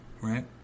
right